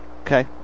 Okay